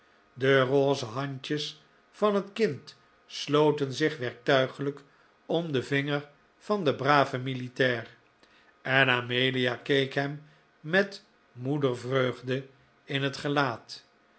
de rose handjes van het kind sloten zich werktuigelijk om den vinger van den braven militair en amelia keek hem met moedervreugde in het gelaat